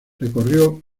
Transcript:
recorrió